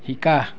শিকা